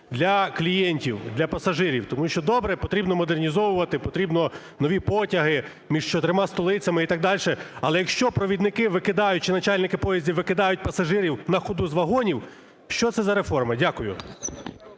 для клієнтів, для пасажирів? Тому що, добре, потрібно модернізовувати, потрібні нові потяги між чотирма столицями і так далі, але якщо провідники викидають, чи начальники поїздів викидають пасажирів на ходу з вагонів, що це за реформа? Дякую.